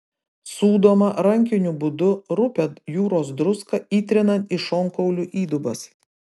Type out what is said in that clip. sūdoma rankiniu būdu rupią jūros druską įtrinant į šonkaulių įdubas